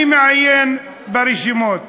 אני מעיין ברשימות.